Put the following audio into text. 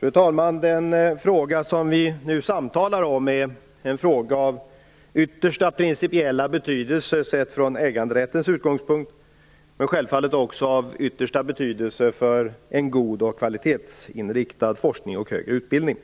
Fru talman! Den fråga som vi nu samtalar om är en fråga av yttersta principiella betydelse, från äganderättens utgångspunkt, men självfallet också av yttersta betydelse för en god och kvalitetsinriktad forskning och högre utbildning.